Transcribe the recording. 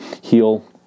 heal